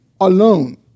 alone